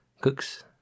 cooks